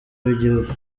w’igihugu